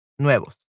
Nuevos